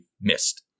missed